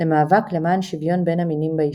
למאבק למען שוויון בין המינים ביישוב.